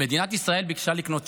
נעבור לנושא